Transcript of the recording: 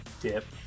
dip